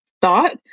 thought